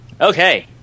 Okay